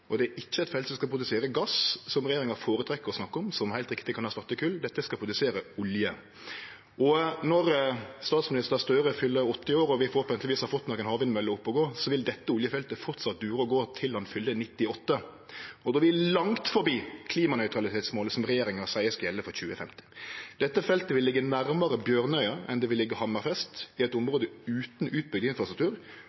naturområde. Det er ikkje eit felt som skal produsere gass, som regjeringa føretrekker å snakke om, og som – heilt riktig – kan erstatte kol. Dette skal produsere olje. Når statsminister Støre fyller 80 år og vi forhåpentlegvis har fått nokre havvindmøller opp å gå, vil dette oljefeltet framleis dure og gå til han fyller 98 år. Då er vi langt forbi klimanøytralitetsmålet som regjeringa seier skal gjelde for 2050. Dette feltet vil liggje nærmare Bjørnøya enn Hammerfest, i eit